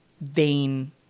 vain